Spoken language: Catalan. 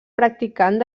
practicant